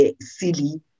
silly